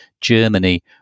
Germany